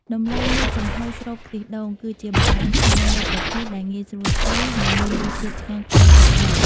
ដំឡូងមីចំហុយស្រូបខ្ទិះដូង គឺជាបង្អែមខ្មែរមួយប្រភេទដែលងាយស្រួលធ្វើ និងមានរសជាតិឆ្ងាញ់ប្លែកជាប់មាត់។